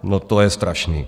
No to je strašné.